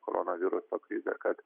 koronaviruso krizė kad